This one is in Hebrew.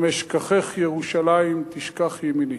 אם אשכחך ירושלים, תשכח ימיני.